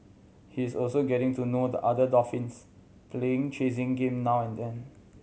he is also getting to know the other dolphins playing chasing game now and then